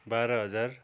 बाह्र हजार